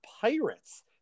Pirates